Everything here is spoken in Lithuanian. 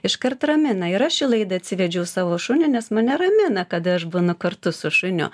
iškart ramina yra ši laida atsivedžiau savo šunį nes mane ramina kad aš būnu kartu su šuniu